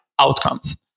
outcomes